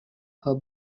her